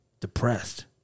depressed